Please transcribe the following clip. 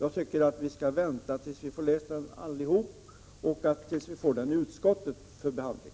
Jag tycker vi skall vänta tills vi allihop läst den och får den i utskottet för behandling.